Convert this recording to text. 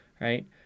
right